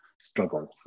struggle